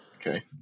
Okay